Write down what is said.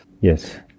yes